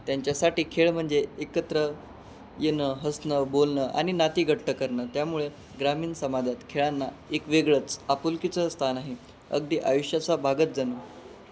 त्यांच्यासाठी खेळ म्हणजे एकत्र येणं हसणं बोलणं आणि नाती घट्ट करणं त्यामुळे ग्रामीण समाजात खेळांना एक वेगळंच आपुलकीचं स्थान आहे अगदी आयुष्याचा भागच जणू